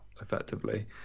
effectively